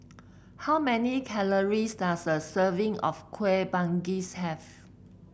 how many calories does a serving of Kueh Manggis have